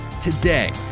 Today